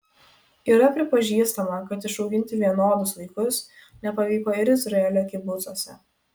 yra pripažįstama kad išauginti vienodus vaikus nepavyko ir izraelio kibucuose